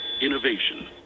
Innovation